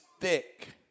thick